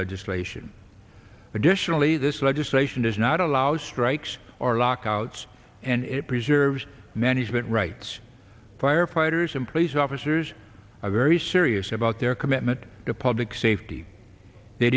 legislation additionally this legislation is now not allow strikes or lockouts and it preserves management rights firefighters and police officers are very serious about their commitment to public safety